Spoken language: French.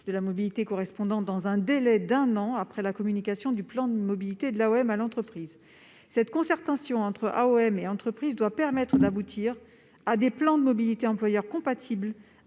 de la mobilité correspondante dans un délai d'un an après la communication du plan de mobilité de l'AOM à l'entreprise. Cette concertation entre AOM et entreprises doit permettre d'aboutir à des plans de mobilité employeur compatibles